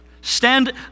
Stand